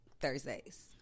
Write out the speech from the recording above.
Thursdays